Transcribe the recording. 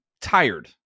tired